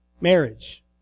Marriage